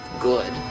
good